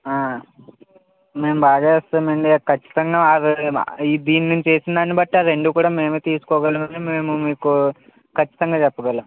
మేము బాగా వేస్తామండీ ఖచ్చితంగా ఆ రోజు మా ఈ దీన్ని చేసినదాన్ని బట్టి ఆ రెండు కూడా మేమే తీసుకోగలమని మేము మీకు ఖచ్ఛితంగా చెప్పగలము